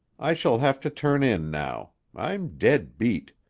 i shall have to turn in now. i'm dead beat.